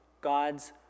God's